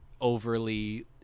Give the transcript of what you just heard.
overly